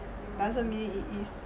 doesn't mean it is